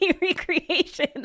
recreation